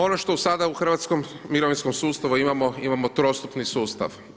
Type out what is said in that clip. Ono što sada u hrvatskom mirovinskom sustavu imamo, imamo trostupni sustav.